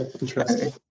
Interesting